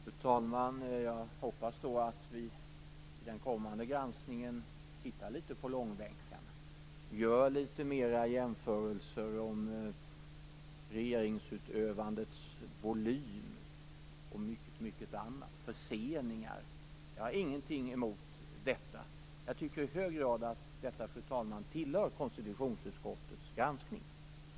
Fru talman! Jag hoppas att vi i den kommande granskningen tittar litet på långbänkarna, gör litet fler jämförelser av regeringsutövandets volym, förseningar och mycket annat. Jag har ingenting emot detta. Jag tycker i hög grad, fru talman, att detta tillhör konstitutionsutskottets granskning.